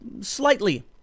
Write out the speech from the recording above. slightly